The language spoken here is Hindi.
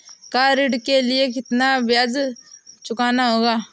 कार ऋण के लिए कितना ब्याज चुकाना होगा?